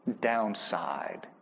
downside